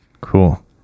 Cool